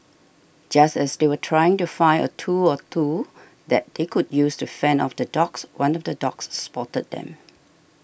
just as they were trying to find a tool or two that they could use to fend off the dogs one of the dogs spotted them